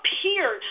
appeared